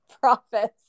profits